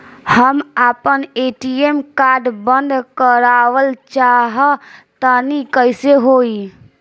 हम आपन ATM card बंद करावल चाह तनि कइसे होई?